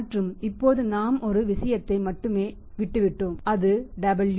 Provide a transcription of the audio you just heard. மற்றும் இப்போது நாம் ஒரு விஷயத்தை மட்டுமே விட்டுவிட்டோம அது W